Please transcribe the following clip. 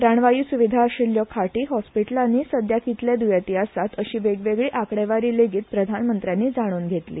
प्राणवायू सुविधा अशिल्यो खांटी हॉस्पिटलांनी सद्या कितले द्रंयेंती आसात अशी वेगवेगळी आंकडेवारी लेगीत प्रधानमंत्र्यांनी जाणून घेतली